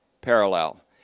parallel